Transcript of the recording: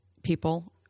People